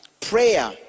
prayer